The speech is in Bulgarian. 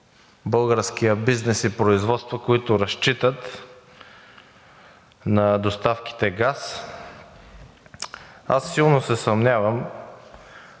българският бизнес и производство, които разчитат на доставките на газ. Аз силно се съмнявам,